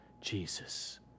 Jesus